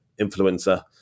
influencer